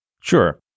Sure